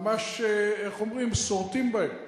ממש, איך אומרים, סורטים בהם,